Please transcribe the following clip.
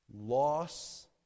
loss